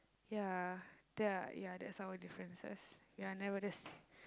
ya ya ya that's our differences ya I noticed